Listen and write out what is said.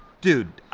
dude,